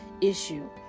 issue